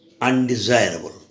undesirable